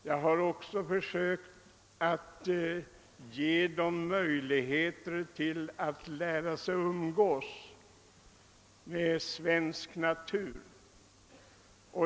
Jag har försökt ge dem möjligheter att lära sig umgås med svensk natur.